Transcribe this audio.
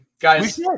Guys